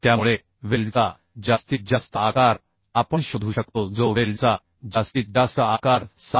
त्यामुळे वेल्डचा जास्तीत जास्त आकार आपण शोधू शकतो जो वेल्डचा जास्तीत जास्त आकार 7